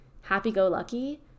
happy-go-lucky